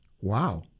Wow